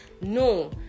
no